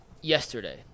yesterday